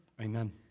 Amen